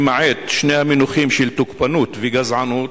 למעט שני המינוחים של תוקפנות וגזענות,